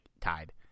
tied